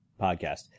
podcast